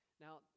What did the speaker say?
Now